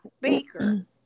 Baker